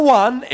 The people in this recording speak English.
one